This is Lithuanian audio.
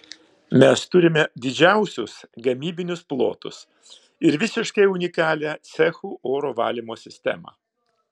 mes turime didžiausius gamybinius plotus ir visiškai unikalią cechų oro valymo sistemą